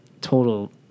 total